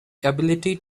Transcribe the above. ability